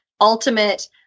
ultimate